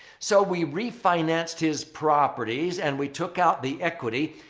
so, we refinanced his properties and we took out the equity,